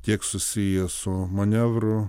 tiek susiję su manevru